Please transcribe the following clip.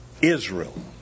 Israel